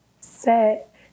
set